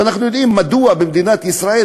ואנחנו יודעים מדוע במדינת ישראל